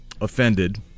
offended